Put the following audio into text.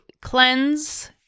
cleanse